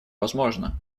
возможно